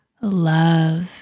love